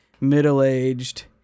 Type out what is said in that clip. middle-aged